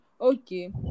Okay